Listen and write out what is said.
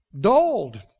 dulled